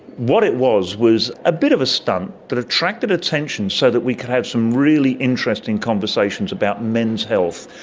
what it was was a bit of a stunt that attracted attention so that we could have some really interesting conversations about men's health,